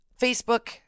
Facebook